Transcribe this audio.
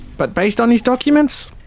but based on his documents,